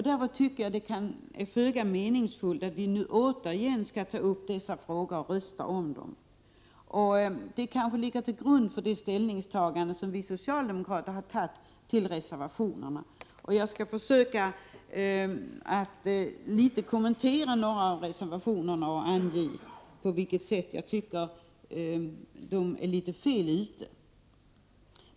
Därför är det föga meningsfullt att | på nytt ta upp dessa frågor och rösta om dem. Det ligger kanske till grund för | den ställning som vi socialdemokrater har tagit till reservationerna. Jag skall försöka att något kommentera vissa av reservationerna och ange | på vilket sätt jag anser att de är litet felaktiga.